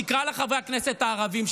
תקרא לחברי הכנסת הערבים,